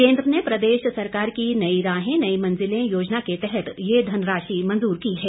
केंद्र ने प्रदेश सरकार की नई राहें नई मंजिले योजना के तहत ये धनराशि मंजूर की है